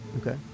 okay